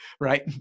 right